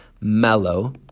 mellow